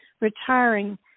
retiring